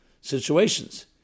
situations